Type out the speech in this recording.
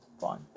Fine